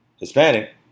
Hispanic